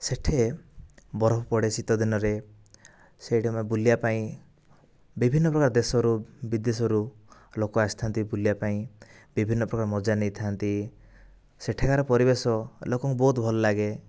ସେ'ଠାରେ ବରଫ ପଡେ ଶୀତ ଦିନରେ ସେ'ଠି ଆମର ବୁଲିବା ପାଇଁ ବିଭିନ୍ନ ପ୍ରକାର ଦେଶରୁ ବିଦେଶରୁ ଲୋକ ଆସିଥାନ୍ତି ବୁଲିବା ପାଇଁ ବିଭିନ୍ନ ପ୍ରକାର ମଜା ନେଇଥାନ୍ତି ସେଠାକାର ପରିବେଶ ଲୋକଙ୍କୁ ବହୁତ ଭଲ ଲାଗେ